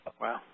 Wow